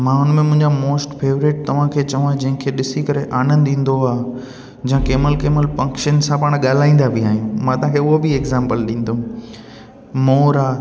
मां हुन मुंहिंजा मोस्ट फेवरेट तव्हांखे चवां जंहिंखे ॾिसी करे आनंद ईंदो आहे जा कंहिं महिल कंहिं महिल पक्षीयुनि सां पाण ॻाल्हाईंदा बि आहियूं मां तव्हांखे उहो बि एक्ज़ामपल ॾींदमि मोर आहे